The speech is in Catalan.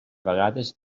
vegades